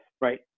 right